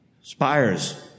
spires